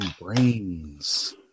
brains